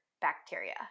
bacteria